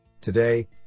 Today